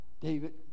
David